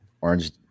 orange